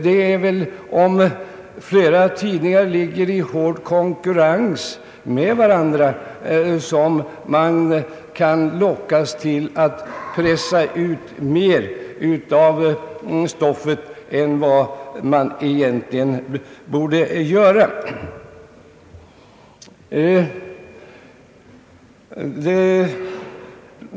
Det är väl om flera tidningar ligger i hård konkurrens med varandra, som de kan lockas att pressa ut mer av stoffet än vad de egentligen borde göra.